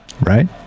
Right